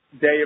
day